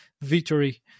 victory